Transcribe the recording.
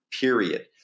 period